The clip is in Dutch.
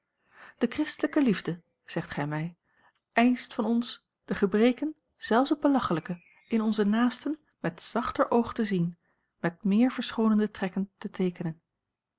de christelijke liefde zegt gij mij eischt van ons de gea l g bosboom-toussaint langs een omweg breken zelfs het belachelijke in onze naasten met zachter oog te zien met meer verschoonende trekken te teekenen